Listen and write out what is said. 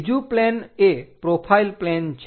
બીજું પ્લેન એ profile plane છે